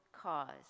cause